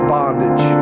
bondage